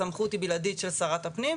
הסמכות היא בלעדית של שרת הפנים.